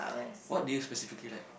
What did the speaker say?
what did you specifically like